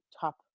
top